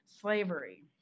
slavery